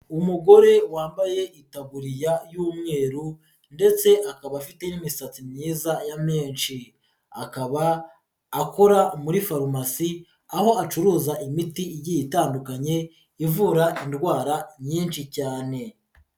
Umugore wambaye itaburiya y'umweru ndetse akaba afite n'imisatsi myiza ya menshi, akaba akora muri farumasi aho acuruza imiti igiye itandukanye, ivura indwara nyinshi cyane.